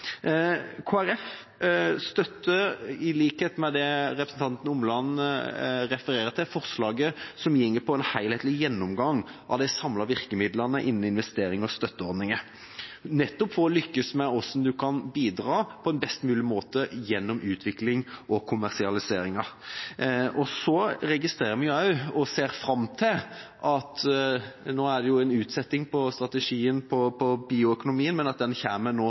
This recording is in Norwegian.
Folkeparti støtter, i likhet med representanten Omland, forslaget som handler om en helhetlig gjennomgang av de samlede virkemidlene innenfor investeringer og støtteordninger, nettopp for å lykkes med å bidra på en best mulig måte gjennom utvikling og kommersialisering. Vi registrerer at det er en utsettelse av strategien for bioøkonomien, men den kommer til våren, og fra Kristelig Folkepartis side er det viktig å understreke at det viktigste i den sammenheng er at det blir en